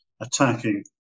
attacking